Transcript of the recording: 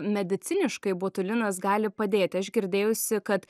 mediciniškai botulinas gali padėti aš girdėjusi kad